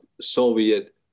Soviet